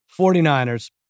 49ers